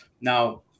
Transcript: now